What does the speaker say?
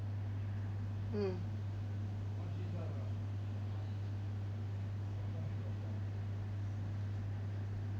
mm